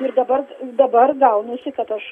ir dabar dabar gaunasi kad aš